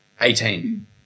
Eighteen